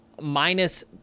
minus